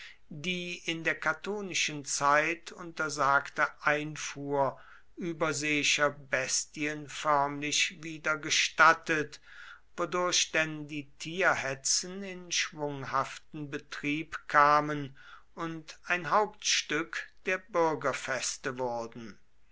die in der catonischen zeit untersagte einfuhr überseeischer bestien förmlich wieder gestattet wodurch denn die tierhetzen in schwunghaften betrieb kamen und ein hauptstück der bürgerfeste wurden